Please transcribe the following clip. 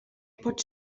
pot